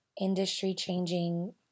industry-changing